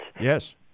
Yes